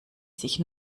sich